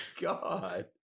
God